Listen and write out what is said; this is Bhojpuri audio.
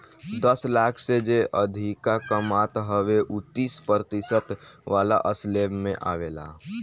दस लाख से जे अधिका कमात हवे उ तीस प्रतिशत वाला स्लेब में आवेला